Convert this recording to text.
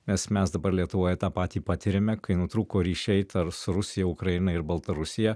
nes mes dabar lietuvoje tą patį patiriame kai nutrūko ryšiai su rusija ukraina ir baltarusija